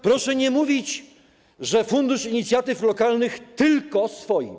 Proszę nie mówić, że Fundusz Inicjatyw Lokalnych tylko swoim.